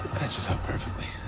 matches up perfectly.